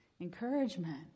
Encouragement